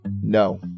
No